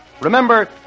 Remember